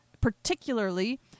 Particularly